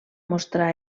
mostrar